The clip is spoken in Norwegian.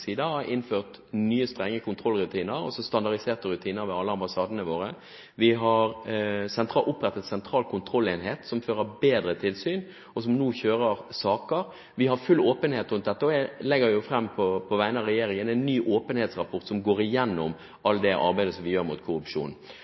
side har innført nye strenge kontrollrutiner, også standardiserte rutiner, ved alle ambassadene våre. Vi har opprettet en sentral kontrollenhet som fører bedre tilsyn, og som nå kjører saker. Vi har full åpenhet rundt dette, og på vegne av regjeringen skal jeg legge fram en ny åpenhetsrapport som vil gå igjennom alt arbeidet vi gjør mot korrupsjon.